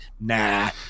nah